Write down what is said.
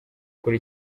kuri